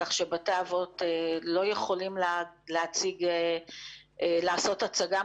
כך שבתי האבות לא יכולים לעשות הצגה,